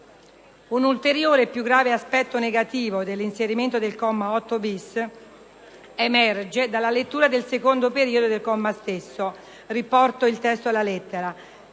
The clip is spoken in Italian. Un ulteriore e più grave aspetto negativo dell'inserimento del comma 8-*bis* emerge dalla lettura del secondo periodo del comma stesso: «Si intendono comunque